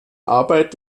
arbeit